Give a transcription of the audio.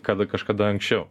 kada kažkada anksčiau